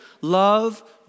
Love